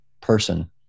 person